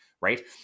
right